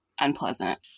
unpleasant